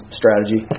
strategy